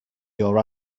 your